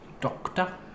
doctor